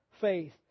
faith